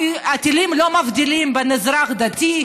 הטילים לא מבדילים בין דתי,